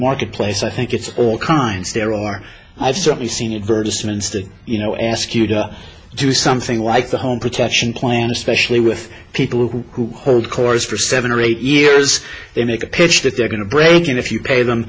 marketplace i think it's all kinds there are i've certainly seen advertisement you know ask you to do something like the home protection plan especially with people who hold course for seven or eight years they make a pitch that they're going to break in if you pay them